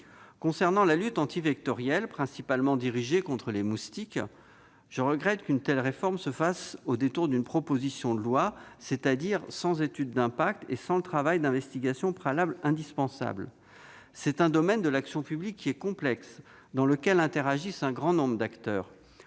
Concernant la lutte antivectorielle, principalement dirigée contre les moustiques, je regrette qu'une telle réforme se fasse au détour d'une proposition de loi, autrement dit sans étude d'impact et sans le travail d'investigation préalable indispensable. Dans ce domaine complexe de l'action publique, un grand nombre d'acteurs